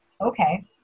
okay